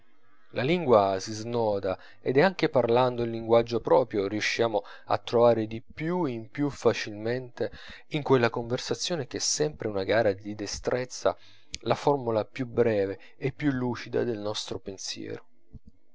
la lingua si snoda ed anche parlando il linguaggio proprio riusciamo a trovare di più in più facilmente in quella conversazione che è sempre una gara di destrezza la formola più breve e più lucida del nostro pensiero